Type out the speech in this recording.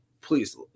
please